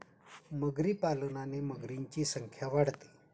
मगरी पालनाने मगरींची संख्या वाढते